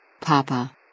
Papa